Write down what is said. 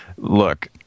Look